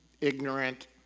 ignorant